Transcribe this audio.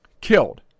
killed